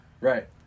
Right